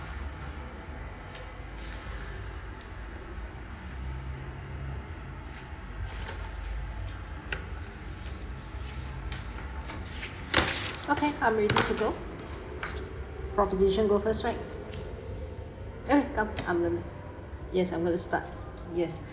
okay I'm ready to go proposition go first right ya come I'm gonna yes I'm going to start yes